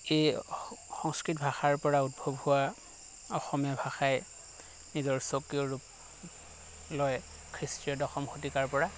এই স সংস্কৃত ভাষাৰ পৰা উদ্ধৱ হোৱা অসমীয়া ভাষাই নিজৰ স্বকীয় ৰূপ লৈ খ্ৰীষ্টীয় দশম শতিকাৰ পৰা